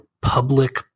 public